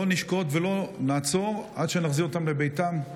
לא נשקוט ולא נעצור עד שנחזיר אותם לביתם.